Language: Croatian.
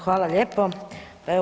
Hvala lijepo.